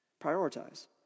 prioritize